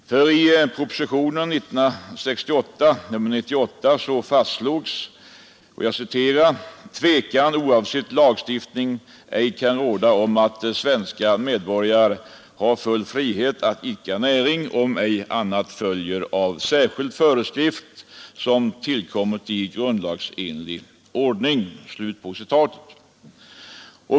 I propositionen 1968:98 fastslogs nämligen att ”tvekan — oavsett lagstiftning — ej kan råda om att svenska medborgare har full frihet att idka näring, om ej annat följer av särskild föreskrift som tillkommit i grundlagsenlig ordning”.